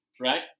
right